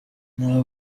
nta